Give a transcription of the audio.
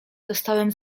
dostałem